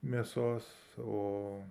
mėsos o